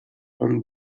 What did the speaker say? von